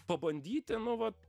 pabandyti nu vat